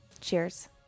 Cheers